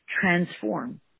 transform